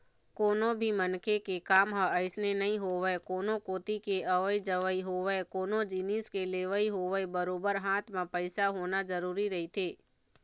कोनो भी मनखे के काम ह अइसने नइ होवय कोनो कोती के अवई जवई होवय कोनो जिनिस के लेवई होवय बरोबर हाथ म पइसा होना जरुरी रहिथे